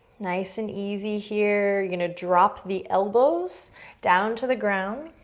nice and easy here, you're gonna drop the elbows down to the ground,